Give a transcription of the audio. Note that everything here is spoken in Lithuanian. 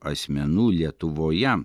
asmenų lietuvoje